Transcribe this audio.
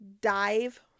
dive